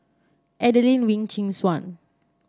Adelene Wee Chin Suan